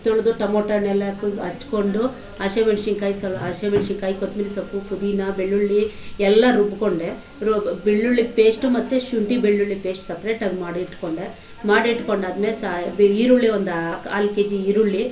ತೊಳೆದು ಟೊಮೊಟೊ ಹಣ್ಣೆಲ್ಲ ಕುಯ್ದು ಹೆಚ್ಕೊಂಡು ಹಸಿಮೆಣ್ಸಿನ್ಕಾಯಿ ಸ್ವ ಹಸಿಮೆಣ್ಸಿನ್ಕಾಯಿ ಕೊತಂಬ್ರಿ ಸೊಪ್ಪು ಪುದೀನಾ ಬೆಳ್ಳುಳ್ಳಿ ಎಲ್ಲ ರುಬ್ಕೊಂಡೆ ರು ಬೆಳ್ಳುಳ್ಳಿ ಪೇಶ್ಟು ಮತ್ತು ಶುಂಠಿ ಬೆಳ್ಳುಳ್ಳಿ ಪೇಶ್ಟ್ ಸಪ್ರೇಟಾಗಿ ಮಾಡಿ ಇಟ್ಕೊಂಡೆ ಮಾಡಿ ಇಟ್ಕೊಂಡಾದ್ಮೇಲೆ ಸ ಈರುಳ್ಳಿ ಒಂದು ಕಾಲು ಕೆಜಿ ಈರುಳ್ಳಿ